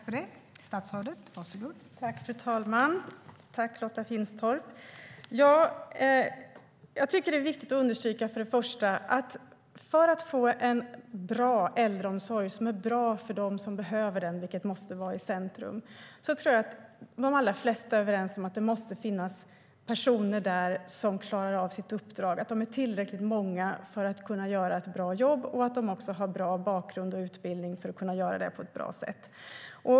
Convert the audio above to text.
Fru talman! Jag tycker att det först och främst är viktigt att understryka följande: För att vi ska få en äldreomsorg som är bra för dem som behöver den, vilket måste vara i centrum, är de allra flesta överens om att det måste finnas personer där som klarar av sitt uppdrag. De ska vara tillräckligt många för att göra ett bra jobb och även ha en bra bakgrund och en bra utbildning för att kunna göra det.